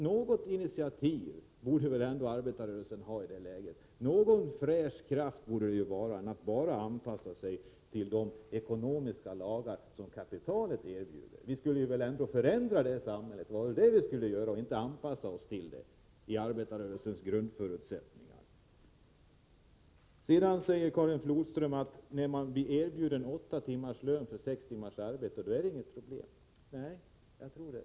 Något initiativ borde väl ändå arbetarrörelsen ta i det läget, någon fräsch kraft borde den vara och inte bara anpassa sig till de ekonomiska lagar som kapitalet erbjuder. Arbetarrörelsens grundförutsättning var väl ändå att vi skulle förändra samhället och inte anpassa oss till det. Sedan säger Karin Flodström att när man blir erbjuden åtta timmars lön för sex timmars arbete är det inget problem. Nej, säkert inte.